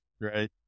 right